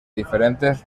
diferentes